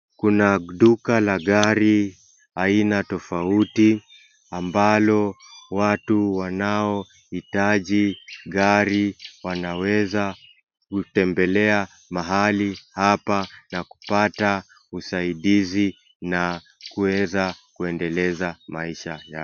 Kuna duka la gari aina tofauti, ambalo watu wanaohitaji gari wanaweza kutembelea mahali hapa na kupata usaidizi na kuweza kuendeleza maisha.